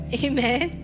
amen